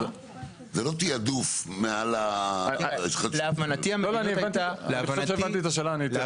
אני חושב שהבנתי את השאלה, אני אתייחס.